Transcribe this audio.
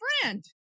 friend